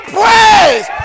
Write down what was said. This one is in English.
praise